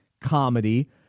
comedy